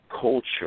culture